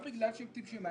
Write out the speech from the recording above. ולא כי הם טיפשים, חלילה.